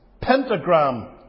pentagram